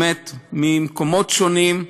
באמת ממקומות שונים,